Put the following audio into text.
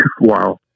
Wow